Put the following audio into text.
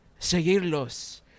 seguirlos